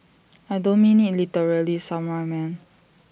I don't mean IT literally samurai man